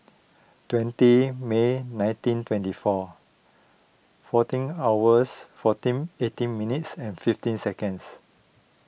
twenty May nineteen twenty four fourteen hours fourteen eighteen minutes and fifteen seconds